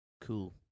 Cool